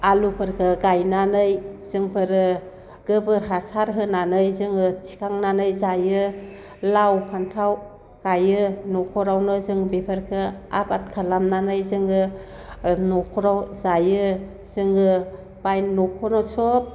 आलुफोरखो गायनानै जोंफोरो गोबोर हासार होनानै जोङो थिखांनानै जायो लाव फानथाव गायो न'खरावनो जों बेफोरखो आबाद खालामनानै जोङो ओ न'खराव जायो जोङो न'खराव सब